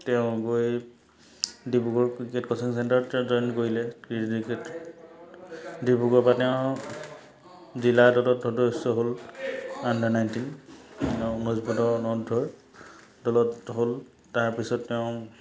তেওঁ গৈ Dibrugarh cricket coaching চেণ্টাৰত তেওঁ জইন কৰিলে ডিব্ৰুগড় পৰা তেওঁ জিলা দলত সদস্য় হ'ল আণ্ডাৰ নাইণ্টিন ঊনৈছ বছৰ অনুৰ্ধৰ দলত হ'ল তাৰপিছত তেওঁ